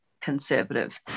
conservative